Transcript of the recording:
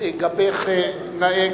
גבך נאה